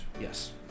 Yes